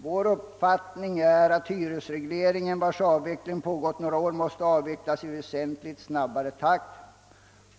Vår uppfattning är att hyresregleringen, vars avveckling pågått några år, måste avvecklas i väsentligt snabbare takt.